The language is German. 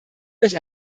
durch